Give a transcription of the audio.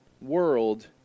world